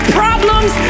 problems